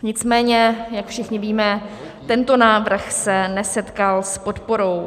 Nicméně jak všichni víme, tento návrh se nesetkal s podporou.